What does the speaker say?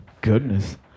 goodness